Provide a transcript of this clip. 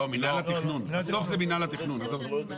בסוף זה מינהל התכנון.